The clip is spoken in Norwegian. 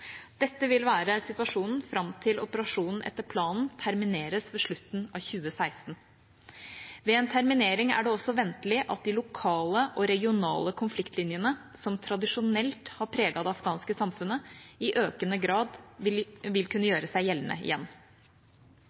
Dette vil være situasjonen fram til operasjonen etter planen termineres ved slutten av 2016. Ved en terminering er det også ventelig at de lokale og regionale konfliktlinjene, som tradisjonelt har preget det afghanske samfunnet, i økende grad vil kunne gjøre seg gjeldende igjen.